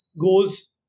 goes